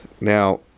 now